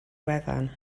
wefan